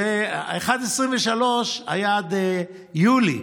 אז ה-1.23% היה עד יולי,